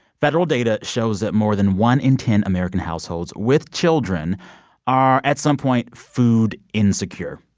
federal data shows that more than one in ten american households with children are, at some point, food insecure.